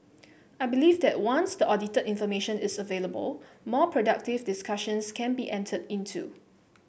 I believe that once the audited information is available more productive discussions can be entered into